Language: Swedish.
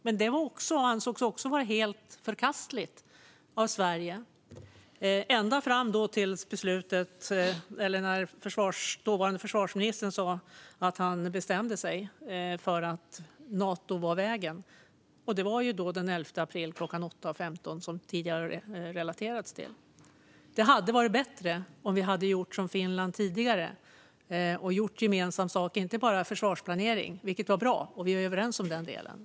Men det ansågs vara helt förkastligt av Sverige ända fram till att den dåvarande försvarsministern sa att han bestämde sig för att Nato var vägen, och det var den 11 april, klockan 8.15, som det tidigare har relaterats till. Det hade varit bättre om vi hade gjort som Finland tidigare och gjort gemensam sak, inte bara om försvarsplanering. Det om försvarsplanering var bra, och vi är överens om den delen.